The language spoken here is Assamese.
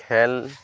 খেল